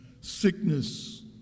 sickness